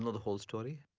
and the whole story?